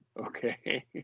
okay